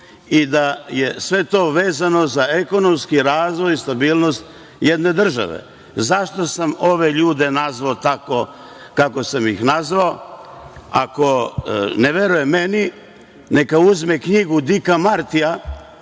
i da je sve to vezano za ekonomski razvoj i stabilnost jedne države. Zašto sam ove ljude nazvao tako kako sam ih nazvao, ako ne veruje meni, neka uzme knjigu Dika Martija,